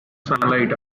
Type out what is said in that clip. sunlight